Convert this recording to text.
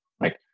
right